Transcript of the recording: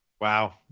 Wow